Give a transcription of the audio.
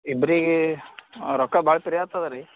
ಇಬ್ರಿಗೆ ರೊಕ್ಕ ಭಾಳ ಪಿರಿ ಆಗ್ತದ ರೀ